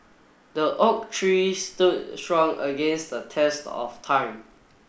the oak tree stood strong against the test of time